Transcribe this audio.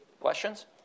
Questions